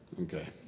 Okay